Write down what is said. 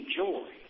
joy